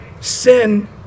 sin